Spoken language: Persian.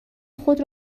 خود